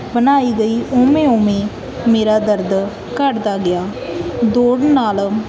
ਬਣਾਈ ਗਈ ਉਵੇਂ ਉਵੇਂ ਮੇਰਾ ਦਰਦ ਘੱਟਦਾ ਗਿਆ ਦੌੜਨ ਨਾਲ